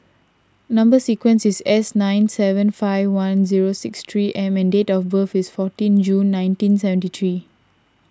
Number Sequence is S nine seven five one zero six three M and date of birth is fourteen June nineteen seventy three